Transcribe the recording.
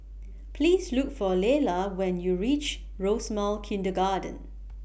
Please Look For Lella when YOU REACH Rosemount Kindergarten